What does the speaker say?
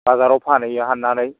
बाजाराव फानहैयो हाननानै